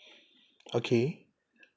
okay